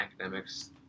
Academics